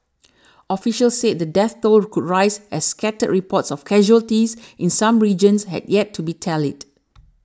officials said the death toll could rise as scattered reports of casualties in some regions had yet to be tallied